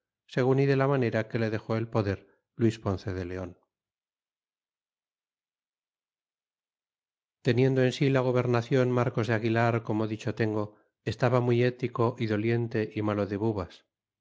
segun y de la manera que le dexó el poder luis ponce de leon teniendo en si la gobernacion marcos de apilar como dicho tengo estaba muy hético y doliente y malo de bubas